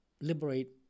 liberate